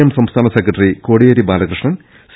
M സംസ്ഥാന secretary Kodiyeri Balakrishnan C